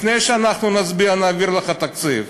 לפני שאנחנו נצביע ונעביר את התקציב.